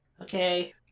Okay